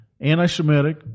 anti-Semitic